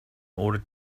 order